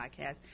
podcast